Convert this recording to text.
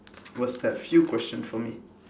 what's that few question for me